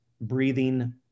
breathing